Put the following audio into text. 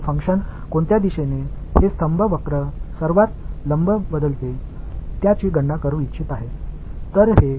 இந்த பங்க்ஷன் எந்த திசையில் இந்த நிலை வளைவுகளுக்கு மிகவும் செங்குத்தாக மாறுகிறது என்பதை நான் கணக்கிட விரும்புகிறேன்